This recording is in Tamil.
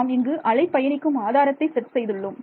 நாம் இங்கு அலை பயணிக்கும் ஆதாரத்தை செட் செய்துள்ளோம்